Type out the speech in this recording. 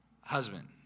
husband